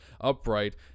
upright